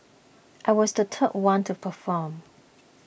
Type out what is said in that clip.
I was the third one to perform